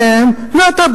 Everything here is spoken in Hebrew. לתפילה